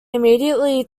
immediately